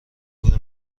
گور